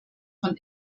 von